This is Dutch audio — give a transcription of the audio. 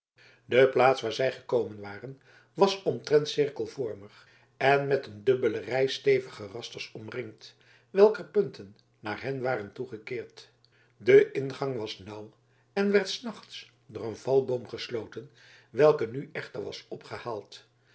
de plaats waar zij gekomen waren was omtrent cirkelvormig en met een dubbele rij stevige rasters omringd welker punten naar hen waren toegekeerd de ingang was nauw en werd s nachts door een valboom gesloten welke nu echter was opgehaald